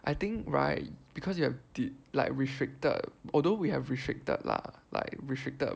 I think right because you have did like restricted although we have restricted lah like restricted